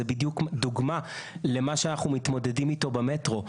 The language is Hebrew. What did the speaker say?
זו בדיוק דוגמה למה שאנחנו מתמודדים איתו במטרו,